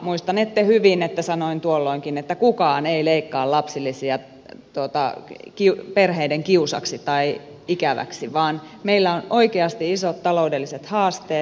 muistanette hyvin että sanoin tuolloinkin että kukaan ei leikkaa lapsilisiä perheiden kiusaksi tai ikäväksi vaan meillä on oikeasti isot taloudelliset haasteet